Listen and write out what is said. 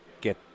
get